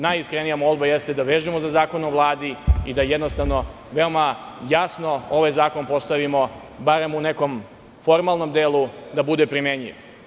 Najiskrenija molba jeste da vežemo za Zakon o Vladi i da jednostavno veoma jasno ovaj zakon postavimo i da barem u nekom formalnom delu bude primenljiv.